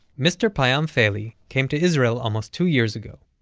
mr. payam feili came to israel almost two years ago,